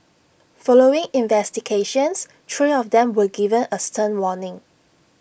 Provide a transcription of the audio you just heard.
following investigations three of them were given A stern warning